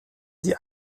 sie